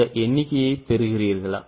இந்த எண்ணிக்கையைப் பெறுகிறீர்களா